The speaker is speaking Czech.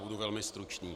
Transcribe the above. Budu velmi stručný.